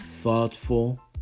Thoughtful